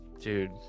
Dude